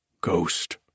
ghost